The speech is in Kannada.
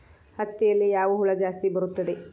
ಹತ್ತಿಯಲ್ಲಿ ಯಾವ ಹುಳ ಜಾಸ್ತಿ ಬರುತ್ತದೆ?